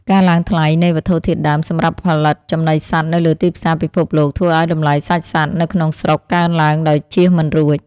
ការឡើងថ្លៃនៃវត្ថុធាតុដើមសម្រាប់ផលិតចំណីសត្វនៅលើទីផ្សារពិភពលោកធ្វើឱ្យតម្លៃសាច់សត្វនៅក្នុងស្រុកកើនឡើងដោយជៀសមិនរួច។